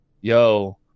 yo